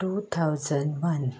two thousand one